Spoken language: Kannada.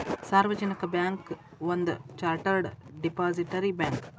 ಸಾರ್ವಜನಿಕ ಬ್ಯಾಂಕ್ ಒಂದ ಚಾರ್ಟರ್ಡ್ ಡಿಪಾಸಿಟರಿ ಬ್ಯಾಂಕ್